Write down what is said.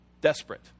Desperate